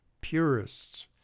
purists